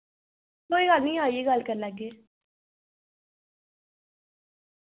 कोई गल्ल निं आइयै गल्ल करी लैगे